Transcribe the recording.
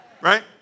right